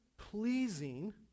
pleasing